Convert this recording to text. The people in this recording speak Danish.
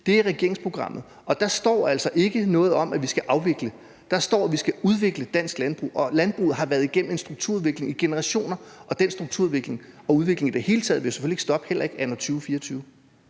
er regeringsprogrammet, og der står altså ikke noget om, at vi skal afvikle. Der står, at vi skal udvikle dansk landbrug. Landbruget har været igennem en strukturudvikling i generationer, og den strukturudvikling og udvikling i det hele taget vil jo selvfølgelig ikke stoppe, heller ikke anno 2024.